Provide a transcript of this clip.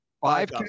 Five